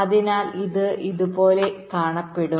അതിനാൽ ഇത് ഇതുപോലെ കാണപ്പെടും